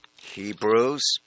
Hebrews